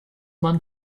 man